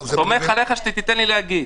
סומך עליך שתיתן לי להגיד.